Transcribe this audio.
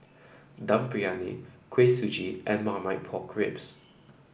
Dum Briyani Kuih Suji and Marmite Pork Ribs